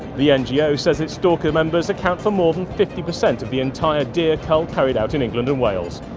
the ngo says that its stalker members account for more than fifty per cent of the entire deer cull carried out in england and wales.